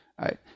Right